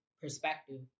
perspective